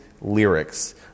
lyrics